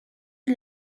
die